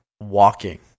walking